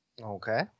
Okay